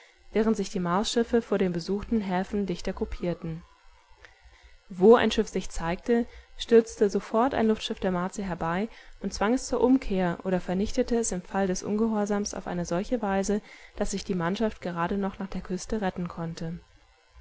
während sich die marsschiffe vor den besuchten häfen dichter gruppierten wo ein schiff sich zeigte stürzte sofort ein luftschiff der martier herbei und zwang es zur umkehr oder vernichtete es im fall des ungehorsams auf eine solche weise daß sich die mannschaft gerade noch nach der küste retten konnte